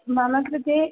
मम कृते